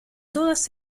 todas